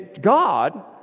God